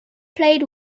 played